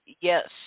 yes